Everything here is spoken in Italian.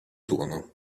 turno